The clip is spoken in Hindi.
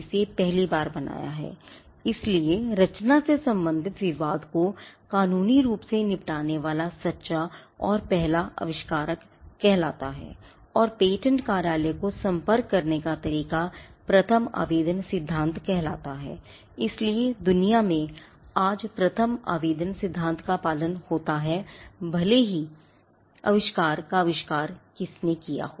इसलिए दुनिया आज प्रथम आवेदन सिद्धांत का पालन करती है भले ही आविष्कार का आविष्कार किसने किया हो